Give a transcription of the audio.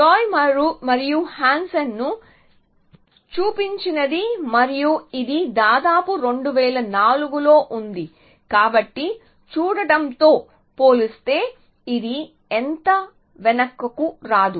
Zhou మరియు Hansen చూపించినది మరియు ఇది దాదాపు 2004 లో ఉంది కాబట్టి చూడడంతో పోలిస్తే ఇది అంత వెనుకకు రాదు